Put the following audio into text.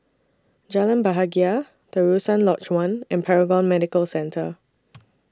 Jalan Bahagia Terusan Lodge one and Paragon Medical Centre